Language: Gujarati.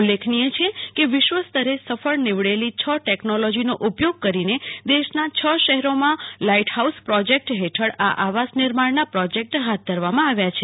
ઉલ્લેખનીય છે કે વિશ્વસ્તરે સફળ નીવડેલી છ ટેકનોલોજીનો ઉપયોગ કરીને દેશના છ શહેરોમાં લાઇટ હાઉસ પ્રોજેક્ટ હેઠળ આ આવાસ નિર્માણના પ્રોજેક્ટ હાથ ધરવામાં આવ્યા છે